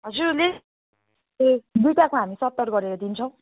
हजुर लेग दुइटाको हामी सत्तरी गरेर दिन्छौँ